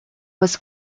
was